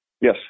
Yes